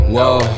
Whoa